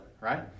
right